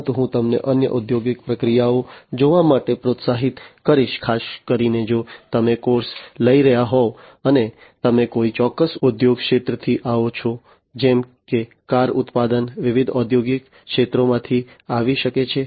પરંતુ હું તમને અન્ય ઔદ્યોગિક પ્રક્રિયાઓ જોવા માટે પણ પ્રોત્સાહિત કરીશ ખાસ કરીને જો તમે કોર્સ લઈ રહ્યા હોવ અને તમે કોઈ ચોક્કસ ઉદ્યોગ ક્ષેત્રથી આવો છો જેમ કે કાર ઉત્પાદન વિવિધ ઔદ્યોગિક ક્ષેત્રોમાંથી આવી શકે છે